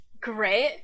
great